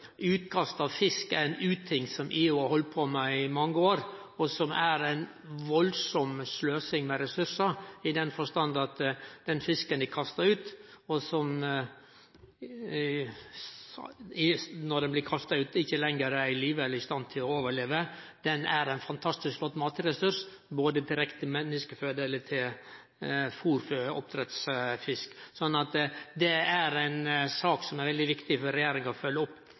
utkast av fisk. Det er også eit område som er veldig viktig. Utkast av fisk er ein uting, som EU har halde på med i mange år, og som er ei veldig sløsing med ressursar, fordi den fisken dei kastar ut, kan ikkje leve vidare, men er likevel ein fantastisk flott matressurs, både som menneskeføde og som fôr for oppdrettsfisk. Det er ei sak som er veldig viktig for regjeringa å følgje opp.